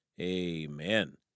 amen